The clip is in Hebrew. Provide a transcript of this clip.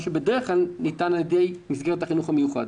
מה שבדרך כלל ניתן על ידי מסגרת החינוך המיוחד.